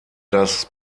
das